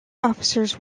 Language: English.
officers